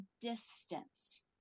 distance